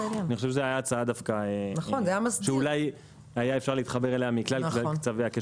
אני חושב שזאת הצעה שאולי היה אפשר להתחבר אליה מכלל קצוות הקשת.